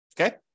okay